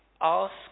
ask